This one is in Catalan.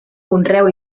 conreu